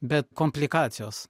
bet komplikacijos